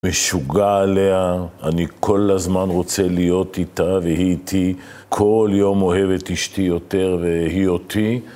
משוגע עליה, אני כל הזמן רוצה להיות איתה, והיא איתי, כל יום אוהבת אשתי יותר והיא אותי.